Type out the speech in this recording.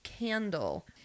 candle